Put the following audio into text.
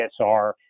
DSR